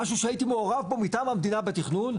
משהו שהייתי מעורב בו מטעם המדינה בתכנון,